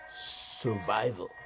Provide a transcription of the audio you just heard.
survival